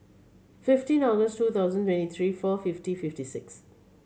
fifteen August two thousand twenty three four fifty fifty six